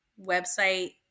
website